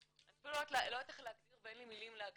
אני אפילו לא יודעת להגדיר ואין לי מילים להגדיר,